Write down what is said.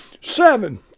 Seven